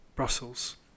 Brussels